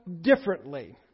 differently